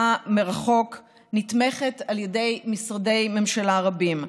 מרחוק נתמכת על ידי משרדי ממשלה רבים.